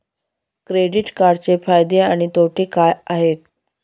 Credit कार्डचे फायदे आणि तोटे काय आहेत?